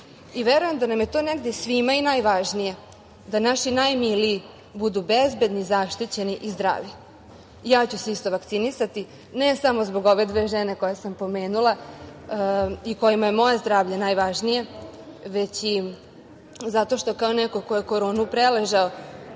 Verujem da nam je to negde svima i najvažnije, da naši najmiliji budu bezbedni, zaštićeni i zdravi. Ja ću se isto vakcinisati, ne samo zbog ove dve žene koje sam pomenula i kojima je moje zdravlje najvažnije, već i zato što kao neko ko je koronu preležao